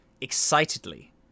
excitedly